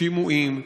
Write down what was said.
שימועים,